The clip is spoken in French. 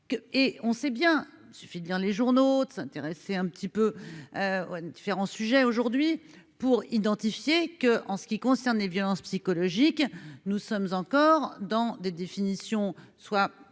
et on sait bien suffit de lire les journaux, de s'intéresser un petit peu différents sujets aujourd'hui pour identifier que en ce qui concerne les violences psychologiques, nous sommes encore dans des définitions soit